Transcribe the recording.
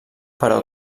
però